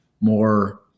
more